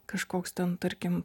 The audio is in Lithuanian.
kažkoks ten tarkim